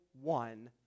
one